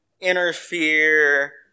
interfere